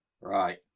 Right